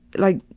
like,